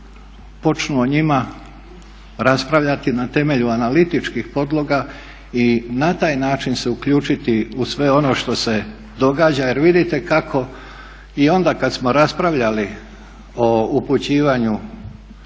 počnu o njima raspravljati na temelju analitičkih podloga i na taj način se uključiti u sve ono što se događa jer vidite kako i onda kad smo raspravljali o upućivanju